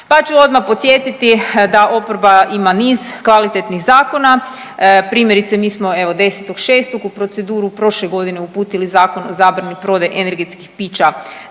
pa ću odmah podsjetiti da oporba ima niz kvalitetnih zakona. Primjerice mi smo evo 10.6. u proceduru prošle godine uputili Zakon o zabrani prodaje energetskih pića